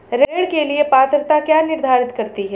ऋण के लिए पात्रता क्या निर्धारित करती है?